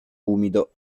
umido